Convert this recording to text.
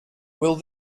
will